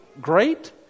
great